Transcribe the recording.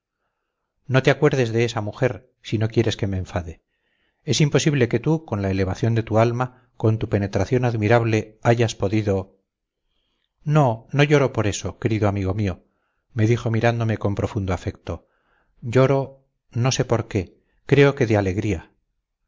no te acuerdes de esa mujer si no quieres que me enfade es imposible que tú con la elevación de tu alma con tu penetración admirable hayas podido no no lloro por eso querido amigo mío me dijo mirándome con profundo afecto lloro no sé por qué creo que de alegría